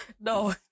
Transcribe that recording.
No